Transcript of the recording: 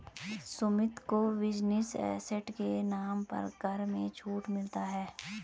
सुमित को business asset के नाम पर कर में छूट मिलता है